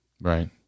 right